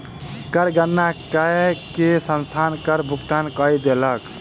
कर गणना कय के संस्थान कर भुगतान कय देलक